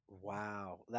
Wow